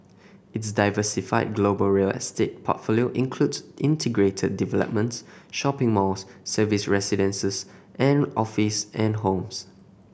its diversified global real estate portfolio includes integrated developments shopping malls serviced residences and office and homes